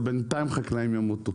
אבל בינתיים חקלאים ימותו.